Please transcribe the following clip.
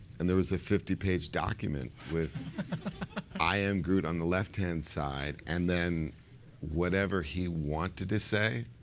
and there was a fifty page document with i am groot on the left hand side and then whatever he wanted to say.